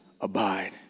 abide